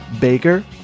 Baker